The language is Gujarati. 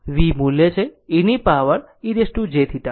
V એ મુલ્ય છે e ની પાવર e jθ